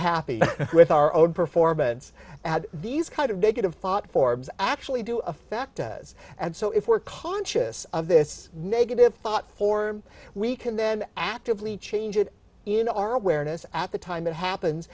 happy with our own performance these kind of negative thought forms actually do affect does and so if we're conscious of this negative thought for we can then actively change it in our awareness at the time it happen